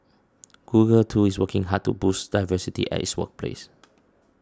google too is working hard to boost diversity at its workplace